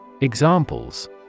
Examples